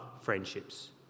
friendships